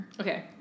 okay